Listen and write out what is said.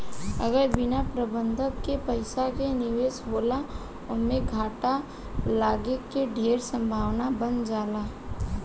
अगर बिना प्रबंधन के पइसा के निवेश होला ओमें घाटा लागे के ढेर संभावना बन जाला